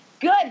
good